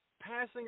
passing